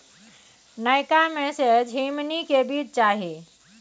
नयका में से झीमनी के बीज चाही?